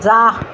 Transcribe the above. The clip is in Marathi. जा